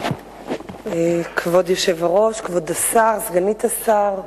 כבוד היושב-ראש, כבוד השר, סגנית השר,